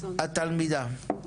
התלמידה.